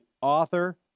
author